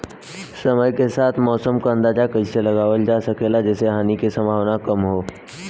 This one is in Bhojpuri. समय के साथ मौसम क अंदाजा कइसे लगावल जा सकेला जेसे हानि के सम्भावना कम हो?